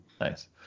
Nice